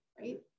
right